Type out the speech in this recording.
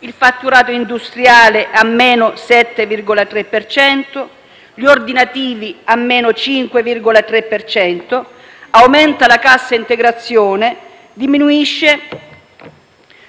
il fatturato industriale è a -7,3 per cento, gli ordinativi a -5,3 per cento; aumenta la cassa integrazione e diminuisce